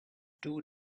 two